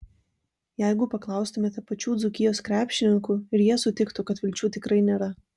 jeigu paklaustumėte pačių dzūkijos krepšininkų ir jie sutiktų kad vilčių tikrai nėra